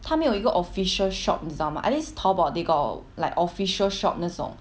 它没有一个 official shop 你知道吗 at least Taobao they got like official shop 那种